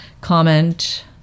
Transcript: comment